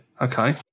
Okay